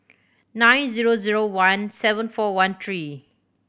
nine zero zero one seven four one three